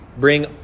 Bring